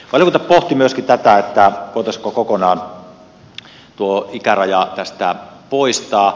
valiokunta pohti myöskin tätä voitaisiinko kokonaan tuo ikäraja tästä poistaa